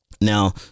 Now